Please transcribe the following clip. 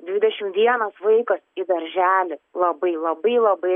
dvidešim vienas vaikas į darželį labai labai labai